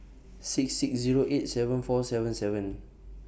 six six Zero eight seven four seven seven